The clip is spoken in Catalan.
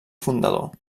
fundador